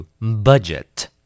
Budget